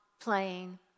playing